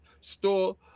store